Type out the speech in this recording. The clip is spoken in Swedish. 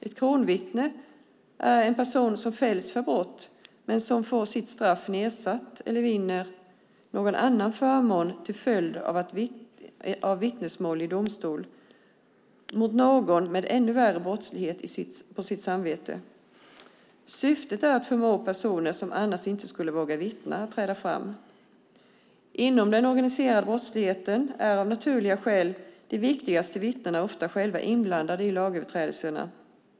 Ett kronvittne är en person som fälls för brott men får sitt straff nedsatt eller vinner någon annan förmån till följd av vittnesmål i domstol mot någon med ännu värre brottslighet på sitt samvete. Syftet är att förmå personer som annars inte skulle våga vittna att träda fram. Inom den organiserade brottsligheten är av naturliga skäl de viktigaste vittnena ofta själva inblandade i lagöverträdelserna.